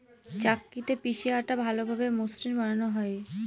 চাক্কিতে পিষে আটা ভালোভাবে মসৃন বানানো হয়